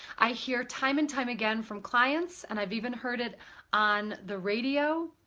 i hear time and time again from clients, and i've even heard it on the radio,